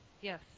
Yes